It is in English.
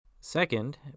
Second